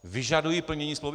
Vyžadují plnění smlouvy?